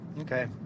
Okay